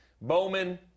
Bowman